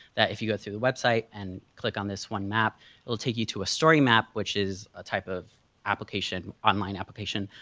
that if you go through the website and click on this one map, it will take you to a story map which is a type of online application,